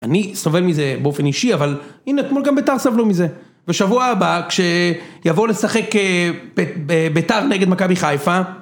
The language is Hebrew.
אני סובל מזה באופן אישי, אבל הנה, אתמול גם ביתר סבלו מזה. בשבוע הבא, כשיבוא לשחק ביתר נגד מכבי חיפה...